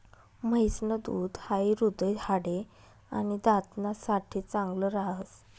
म्हैस न दूध हाई हृदय, हाडे, आणि दात ना साठे चांगल राहस